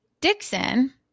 Dixon